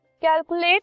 Calculate